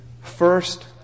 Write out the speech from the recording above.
first